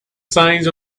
signs